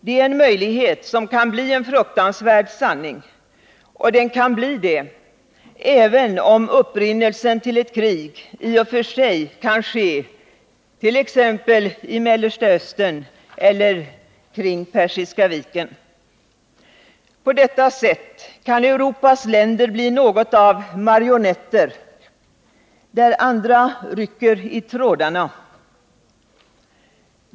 Det är en möjlighet som kan bli en fruktansvärd sanning — även om upprinnelsen till ett krig i och för sig kan ske i Mellersta Östern eller kring Persiska viken. På detta sätt kan Europas länder bli något av marionetter där andra rycker i trådarna.